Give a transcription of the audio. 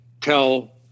tell